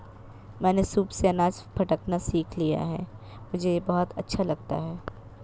मैंने सूप से अनाज फटकना सीख लिया है मुझे यह बहुत अच्छा लगता है